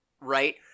right